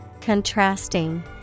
Contrasting